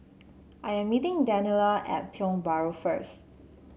I am meeting Daniela at Tiong Bahru first